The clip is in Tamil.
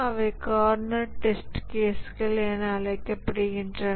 அவை கார்னர் டெஸ்ட் கேஸ்கள் என அழைக்கப்படுகின்றன